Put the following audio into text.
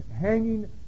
hanging